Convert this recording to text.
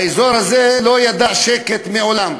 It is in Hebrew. האזור הזה לא ידע שקט מעולם,